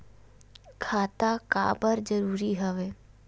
खाता का बर जरूरी हवे?